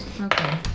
Okay